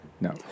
no